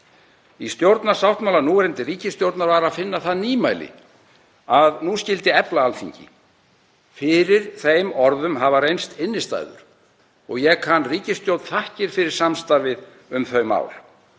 Í stjórnarsáttmála núverandi ríkisstjórnar var að finna það nýmæli að nú skyldi efla Alþingi. Fyrir þeim orðum hafa reynst innstæður og ég kann ríkisstjórn þakkir fyrir samstarfið um þau mál.